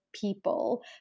people